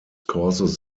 causes